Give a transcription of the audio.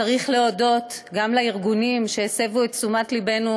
צריך להודות גם לארגונים שהסבו את תשומת לבנו